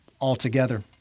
altogether